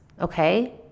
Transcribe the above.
okay